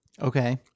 Okay